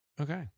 Okay